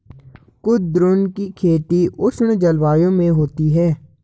कुद्रुन की खेती उष्ण जलवायु में होती है